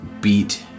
beat